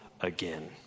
again